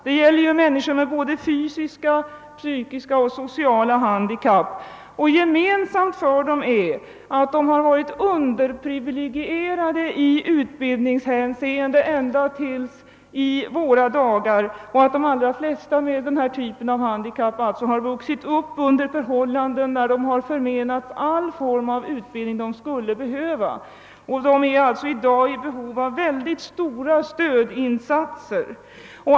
Det är människor med både fysiska, psykiska och sociala handikapp. Gemensamt för dem är att de varit underprivilegierade i utbildningshänseende ända till i våra dagar. De allra flesta med den här typen av handikapp har alltså vuxit upp under förhållanden där de har förmenats all form av utbildning som de skulle behöva. De är i dag i behov av mycket stora stödinsatser.